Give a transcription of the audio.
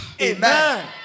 amen